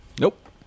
Nope